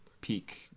peak